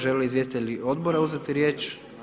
Žele li izvjestitelji Odbora uzeti riječ?